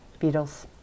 Beatles